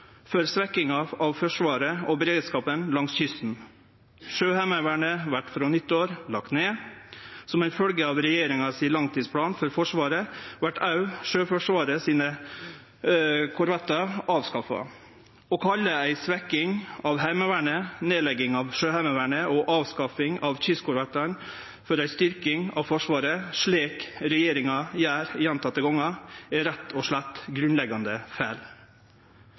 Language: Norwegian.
for svekkinga av Forsvaret og beredskapen langs kysten. Sjøheimevernet vert frå nyttår lagt ned. Som ei følgje av regjeringa si langtidsplan for Forsvaret vart også korvettane til Sjøforsvaret avskaffa. Å kalle ei svekking av Heimevernet, nedlegging av Sjøheimevernet og avskaffing av kystkorvettane for ei styrking av Forsvaret, slik regjeringa gjer gjentekne gonger, er rett og slett grunnleggjande